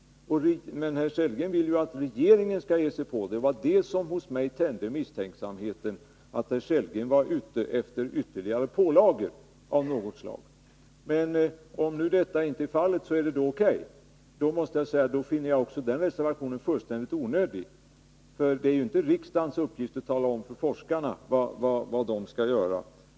Rolf Sellgren vill att regeringen skall se till att en kartläggning görs, och det var det som hos mig väckte misstanken att herr Sellgren var ute efter ytterligare pålagor av något slag. Om så inte är fallet är det O. K., men då finner jag också den reservationen fullständigt onödig. Det är inte riksdagens uppgift att tala om för forskarna vad de skall göra.